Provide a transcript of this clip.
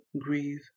grieve